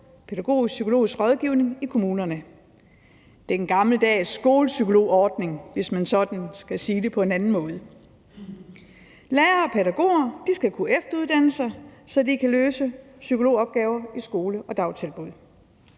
Pædagogisk Psykologisk Rådgivning i kommunerne, altså ligesom i den gamle skolepsykologordning, hvis man sådan skal sige det på en anden måde. Lærere og pædagoger skal kunne efteruddanne sig, så de kan løse psykologopgaver i skole og dagtilbud.